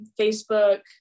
Facebook